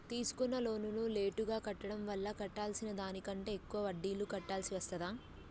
తీసుకున్న లోనును లేటుగా కట్టడం వల్ల కట్టాల్సిన దానికంటే ఎక్కువ వడ్డీని కట్టాల్సి వస్తదా?